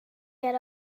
get